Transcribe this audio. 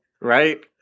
Right